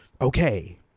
okay